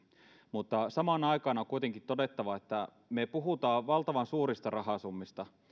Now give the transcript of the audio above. mutta samaan aikaan on kuitenkin todettava että me puhumme valtavan suurista rahasummista